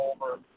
over